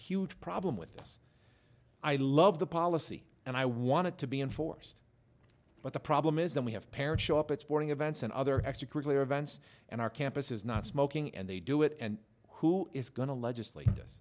huge problem with us i love the policy and i wanted to be enforced but the problem is that we have parents show up at sporting events and other extracurricular events and our campus is not smoking and they do it and who is going to legislat